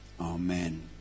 Amen